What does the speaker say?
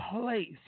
place